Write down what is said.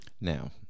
Now